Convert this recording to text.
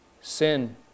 Sin